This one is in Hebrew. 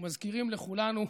ומזכירים לכולנו: